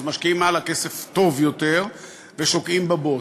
אז משקיעים הלאה כסף טוב יותר ושוקעים בבוץ.